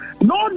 no